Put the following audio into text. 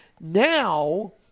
now